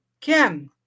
Kim